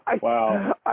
Wow